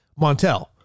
Montel